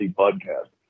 podcast